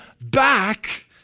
back